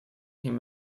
him